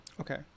Okay